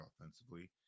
offensively